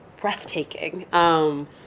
breathtaking